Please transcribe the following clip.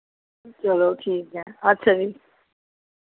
चलो ठीक ऐ अच्छा जी